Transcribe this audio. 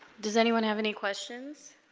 does anyone have any questions